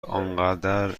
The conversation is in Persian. انقدر